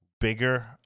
bigger